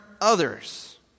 others